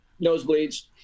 nosebleeds